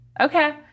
Okay